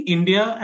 India